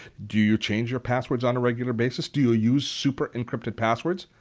do you change your passwords on a regular basis? do you use super-encrypted passwords?